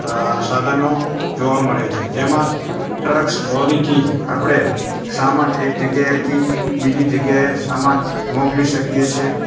સાધનો જોવા મળે છે જેમાં ટ્ર્કસ લોરીથી આપણે સામાન એક જગ્યાએથી બીજી જગ્યાએ સામાન મોકલી શકીએ છીએ